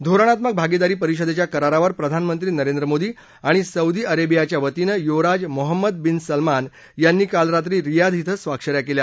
धोरणात्मक भागीदारी परिषदेच्या करारावर प्रधानमंत्री नरेंद्र मोदी आणि सौदी अरेबियाच्या वतीनं युवराज मोहम्मद बिन सलमान यांनी काल रात्री रियाध इथं स्वाक्षन्या केल्या